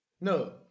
No